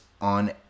on